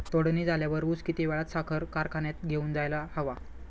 तोडणी झाल्यावर ऊस किती वेळात साखर कारखान्यात घेऊन जायला हवा?